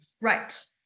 Right